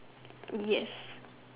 yes